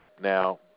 Now